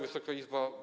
Wysoka Izbo!